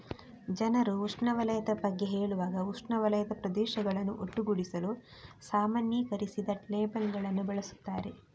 ಜನರು ಉಷ್ಣವಲಯದ ಬಗ್ಗೆ ಹೇಳುವಾಗ ಉಷ್ಣವಲಯದ ಪ್ರದೇಶಗಳನ್ನು ಒಟ್ಟುಗೂಡಿಸಲು ಸಾಮಾನ್ಯೀಕರಿಸಿದ ಲೇಬಲ್ ಗಳನ್ನು ಬಳಸುತ್ತಾರೆ